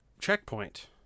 checkpoint